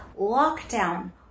lockdown